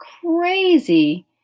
crazy